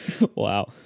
wow